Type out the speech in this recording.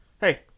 Hey